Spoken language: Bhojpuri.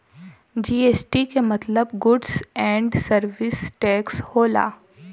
जी.एस.टी के मतलब गुड्स ऐन्ड सरविस टैक्स होला